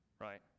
right